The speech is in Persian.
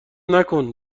نکن